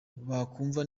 bakumva